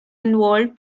involved